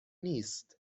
نیست